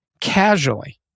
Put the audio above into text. casually